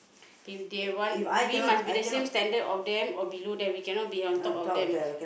they they want we must be the same standard of them or below them we cannot be on top of them ah